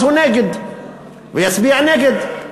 אז הוא נגד ויצביע נגד.